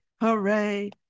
Hooray